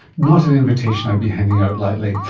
not an invitation i'd be handing out lightly.